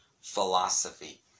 Philosophy